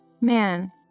man